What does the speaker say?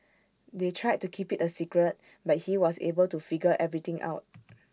they tried to keep IT A secret but he was able to figure everything out